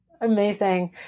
Amazing